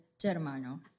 Germano